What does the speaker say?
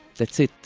that's it,